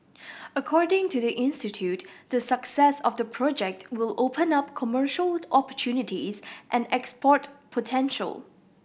according to the institute the success of the project will open up commercial opportunities and export potential